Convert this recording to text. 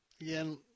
again